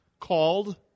called